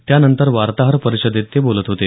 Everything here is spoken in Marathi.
त्यानंतर वार्ताहर परिषदेत ते बोलत होते